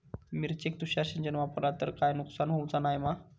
मिरचेक तुषार सिंचन वापरला तर काय नुकसान होऊचा नाय मा?